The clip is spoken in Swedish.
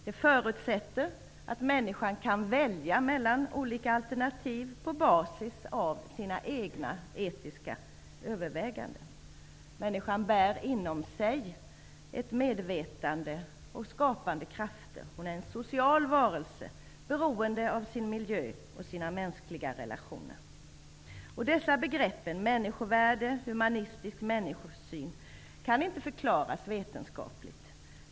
Det förutsätter att människan kan välja mellan olika alternativ på basis av sina egna etiska överväganden. Människan bär inom sig ett medvetande och skapande krafter. Hon är en social varelse, beroende av sin miljö och sina mänskliga relationer. Dessa begrepp, människovärde och humanistisk människosyn, kan inte förklaras vetenskapligt.